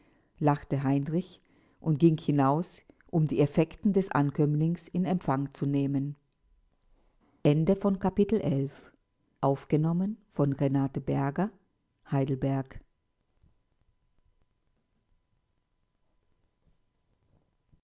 lachte heinrich und ging hinaus um die effekten des ankömmlings in empfang zu nehmen